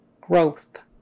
growth